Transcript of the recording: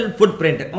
Footprint